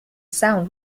sound